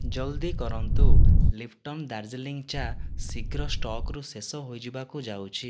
ଜଲ୍ଦି କରନ୍ତୁ ଲିପ୍ଟନ ଦାର୍ଜିଲିଂ ଚା ଶୀଘ୍ର ଷ୍ଟକ୍ରୁ ଶେଷ ହୋଇଯିବାକୁ ଯାଉଛି